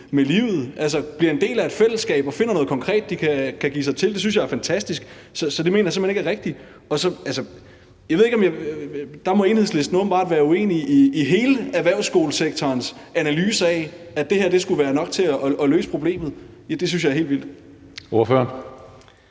med livet, altså bliver en del af et fællesskab og finder noget konkret, de kan give sig til. Det synes jeg er fantastisk. Så det mener jeg simpelt hen ikke er rigtigt. Der må Enhedslisten åbenbart være uenige i hele erhvervsskolesektorens analyse af, at det her skulle være nok til at løse problemet. Ja, det synes jeg er helt vildt.